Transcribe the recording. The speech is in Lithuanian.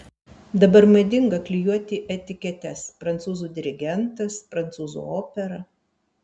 dabar madinga klijuoti etiketes prancūzų dirigentas prancūzų opera